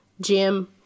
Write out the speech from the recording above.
Jim